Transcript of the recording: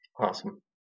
Awesome